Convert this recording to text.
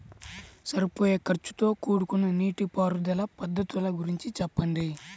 సరిపోయే ఖర్చుతో కూడుకున్న నీటిపారుదల పద్ధతుల గురించి చెప్పండి?